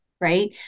right